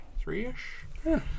three-ish